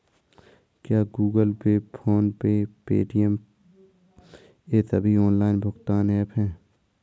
क्या Google Pay PhonePe Paytm ये सभी ऑनलाइन भुगतान ऐप हैं?